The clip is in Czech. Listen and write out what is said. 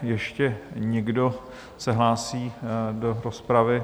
Ještě někdo se hlásí do rozpravy?